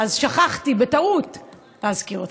אז שכחתי בטעות להזכיר אותך.